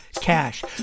cash